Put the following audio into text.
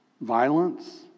Violence